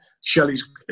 Shelley's